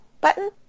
button